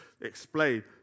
explain